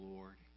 Lord